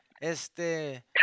este